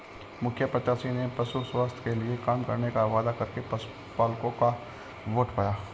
मुखिया प्रत्याशी ने पशु स्वास्थ्य के लिए काम करने का वादा करके पशुपलकों का वोट पाया